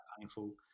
painful